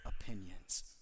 opinions